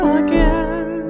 again